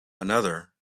another